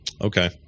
Okay